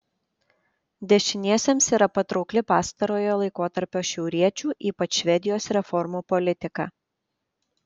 dešiniesiems yra patraukli pastarojo laikotarpio šiauriečių ypač švedijos reformų politika